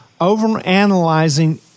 overanalyzing